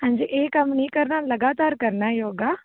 ਹਾਂਜੀ ਇਹ ਕੰਮ ਨਹੀਂ ਕਰਨਾ ਲਗਾਤਾਰ ਕਰਨਾ ਯੋਗਾ